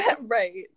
right